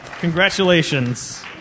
Congratulations